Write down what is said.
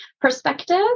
perspective